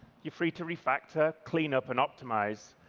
you're free to refactor, cleanup and optimize.